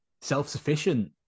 self-sufficient